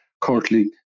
currently